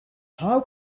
how